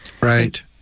Right